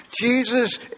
Jesus